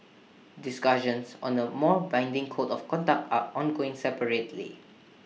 discussions on A more binding code of conduct are ongoing separately